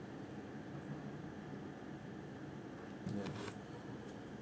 ya